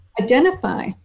identify